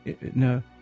no